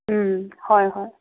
ꯎꯝ ꯍꯣꯏ ꯍꯣꯏ